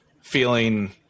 feeling